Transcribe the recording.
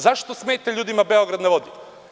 Zašto smeta ljudima „Beograd na vodi“